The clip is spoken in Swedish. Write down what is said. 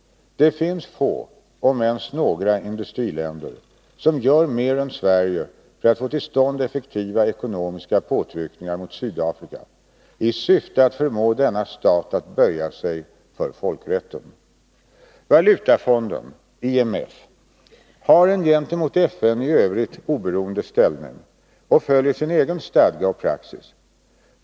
Det finns få om ens några industriländer som gör mer än Sverige för att få till stånd effektiva ekonomiska påtryckningar mot Sydafrika i syfte att förmå denna stat att böja sig för folkrätten. Valutafonden har en gentemot FN i övrigt oberoende ställning och Nr 62 följer sin egen stadga och praxis.